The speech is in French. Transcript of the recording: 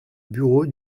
bureau